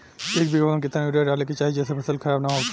एक बीघा में केतना यूरिया डाले के चाहि जेसे फसल खराब ना होख?